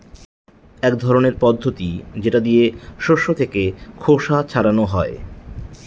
এক ধরনের পদ্ধতি যেটা দিয়ে শস্য থেকে খোসা ছাড়ানো হয়